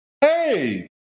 hey